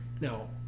Now